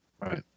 Right